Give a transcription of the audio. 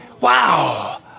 Wow